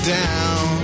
down